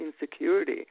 insecurity